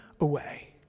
away